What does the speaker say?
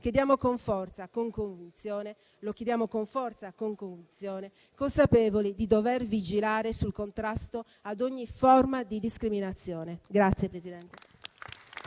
Lo chiediamo con forza e con convinzione, consapevoli di dover vigilare sul contrasto ad ogni forma di discriminazione.